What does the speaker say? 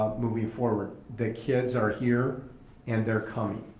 moving forward, the kids are here and they're coming.